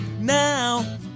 Now